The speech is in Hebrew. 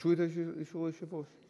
ביקשו את זה, מישהו, אז